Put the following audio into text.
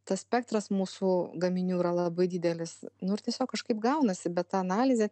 tas spektras mūsų gaminių yra labai didelis nu ir tiesiog kažkaip gaunasi bet ta analizė